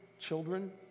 children